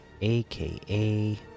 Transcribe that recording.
aka